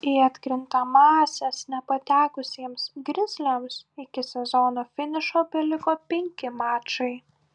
į atkrintamąsias nepatekusiems grizliams iki sezono finišo beliko penki mačai